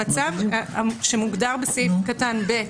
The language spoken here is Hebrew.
המצב שמוגדר בסעיף קטן (ב)